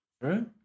Right